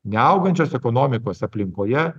neaugančios ekonomikos aplinkoje